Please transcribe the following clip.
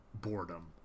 boredom